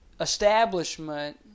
establishment